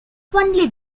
only